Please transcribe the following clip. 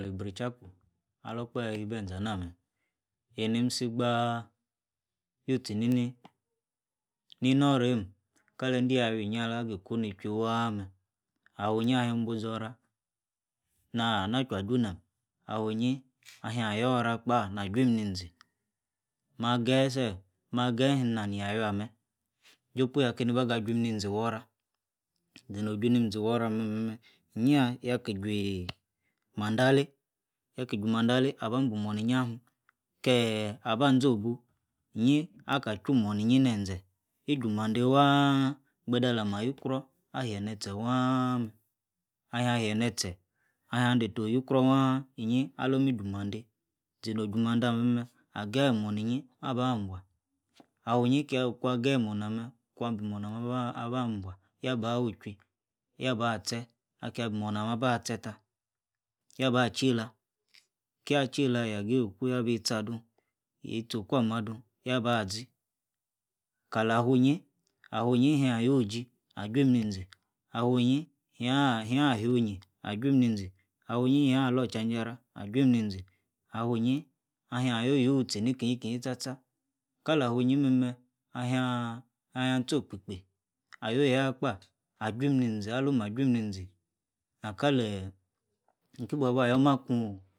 Ibri-cha-ku alor okpahe ayor ibi eze ana mem inimsi gbaa you-tie ni-ni, ni-noro-rim kalede yayieh iyie ala-gi ku ni-chui waa mer afuyi ahim ibu zore na ajie ajunu awuyi ahin oyor ora kpa na jim ni-zi ma geyi set ma geyi ina nia yawie ane jopuya keni ba-ga jim nizi wora zi-no ojim nizi wora ame iyi-yah yaki jumande aleh yaki jumande aley aba bua muona iyi ahim kie aba zoba iyin aka chu mona iyin neze iju mande wa gbede alama ayor ukro ahie nefie waa mer ahim ahie netie alum adefa oyo-ukoo waa iyi alom iju mand zeno oju mande ageyi mona iyi aba bua afuni ku ageyi mona ame aku abuo mona ame waa aba bua yaba awi-ichui yaba, tie ahie abi mona ame aba tie ta yaba chelah kia chela ya geyi oku abi tie ado yie-tie oku ama ado yaba zi kalah afuyi afuyi him ayu-jie nezi afuyi yia ashe-onyin ajun nezi afuni yia-alor ocha-charah ajun ni-zi afuyi ahim ayo-yo ufie ni-keyi sta-sta kala afuyi meme ahia ahia atie okdebeh ayo ya kpa ajim nizi nakeh nki bua ba yoma aku oh